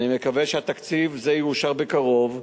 אני מקווה שתקציב זה יאושר בקרוב,